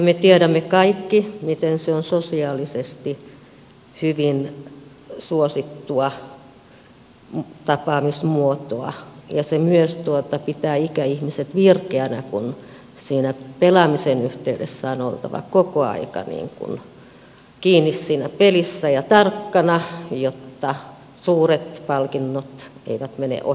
me tiedämme kaikki miten se on sosiaalisesti hyvin suosittu tapaamismuoto ja myös pitää ikäihmiset virkeinä kun siinä pelaamisen yhteydessä on oltava koko ajan kiinni siinä pelissä ja tarkkana jotta suuret palkinnot eivät mene ohi suun